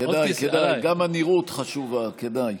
גם הנראות חשובה, כדאי.